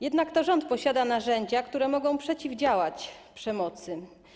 Jednak to rząd posiada narzędzia, które mogą przeciwdziałać przemocy.